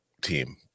team